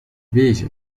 veja